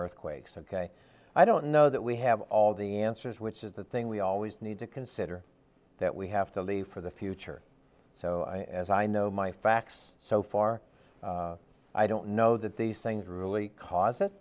earthquakes ok i don't know that we have all the answers which is the thing we always need to consider that we have to leave for the future so as i know my facts so far i don't know that these things really cause it